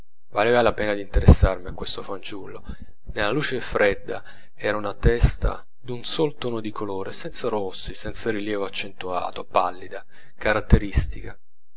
valeva la pena d'interessarmi a questo fanciullo nella luce fredda era una testa d'un sol tono di colore senza rossi senza rilievo accentuato pallida caratteristica